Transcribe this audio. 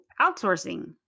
outsourcing